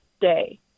day